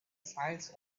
signs